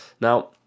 now